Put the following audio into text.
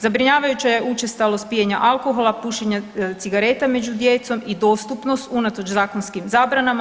Zabrinjavajuća je učestalost pijenja alkohola, pušenja cigareta među djecom i dostupnost unatoč zakonskim zabranama.